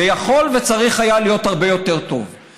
זה יכול וצריך היה להיות הרבה יותר טוב,